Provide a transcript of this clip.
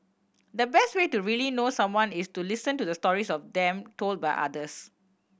the best way to really know someone is to listen to the stories of them told by others